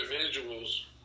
individuals